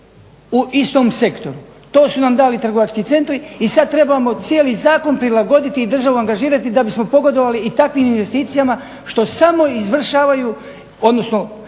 u istom sektoru. To su nam dali trgovački centri i sad trebamo cijeli zakon prilagoditi i državu angažirati da bismo pogodovali i takvim investicijama što samo izvršavaju odnosno